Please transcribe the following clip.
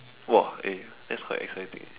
!wah! eh that's quite exciting eh